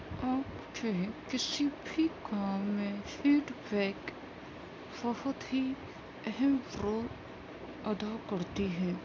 آپ کے کسی بھی کام میں فیڈ بیک بہت ہی اہم رول ادا کرتے ہیں